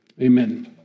amen